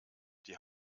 die